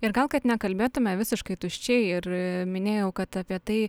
ir gal kad nekalbėtume visiškai tuščiai ir minėjau kad apie tai